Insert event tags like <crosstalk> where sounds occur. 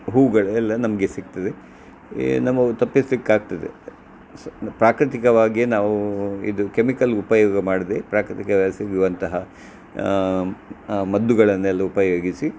ಹೂಗಳು ಎಲ್ಲ ನಮಗೆ ಸಿಗ್ತದೆ <unintelligible> ತಪ್ಪಿಸಲಿಕ್ಕಾಕ್ತದೆ <unintelligible> ಪ್ರಾಕೃತಿಕವಾಗಿಯೇ ನಾವೂ ಇದು ಕೆಮಿಕಲ್ ಉಪಯೋಗ ಮಾಡಿದೆ ಪ್ರಾಕೃತಿಕವಾಗಿ ಸಿಗುವಂತಹ ಮದ್ದುಗಳನ್ನೆಲ್ಲ ಉಪಯೋಗಿಸಿ